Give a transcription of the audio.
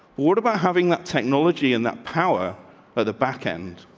what about having that technology and that power at the back end?